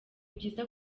byiza